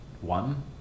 one